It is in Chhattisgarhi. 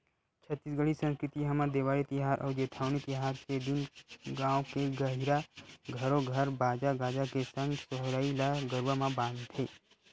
छत्तीसगढ़ी संस्कृति हमर देवारी तिहार अउ जेठवनी तिहार के दिन गाँव के गहिरा घरो घर बाजा गाजा के संग सोहई ल गरुवा म बांधथे